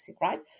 right